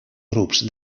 grups